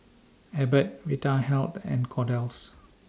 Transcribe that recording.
Abbott Vitahealth and Kordel's